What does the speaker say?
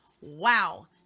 Wow